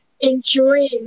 enjoying